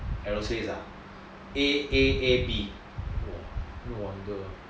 aerospace ah A A A B